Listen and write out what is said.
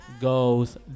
Goes